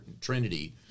Trinity